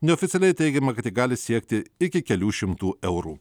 neoficialiai teigiama kad ji gali siekti iki kelių šimtų eurų